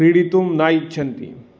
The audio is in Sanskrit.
क्रीडीतुं न इच्छन्ति